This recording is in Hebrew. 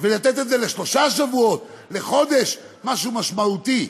וניתן את זה לשלושה שבועות, לחודש, משהו משמעותי.